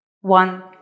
One